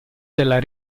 della